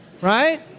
Right